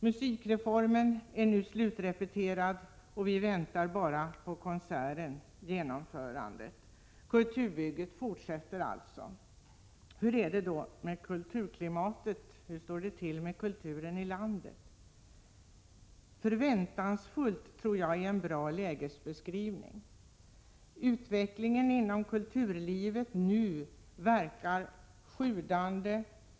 Musikreformen är nu slutrepeterad, och vi väntar bara på konserten — genomförandet. Kulturbygget fortsätter alltså. Hur är det med kulturklimatet, och hur står det till med kulturen i landet? Förväntansfullt, tror jag, är en bra lägesbeskrivning. Verksamhet inom kulturlivet verkar nu vara sjudande.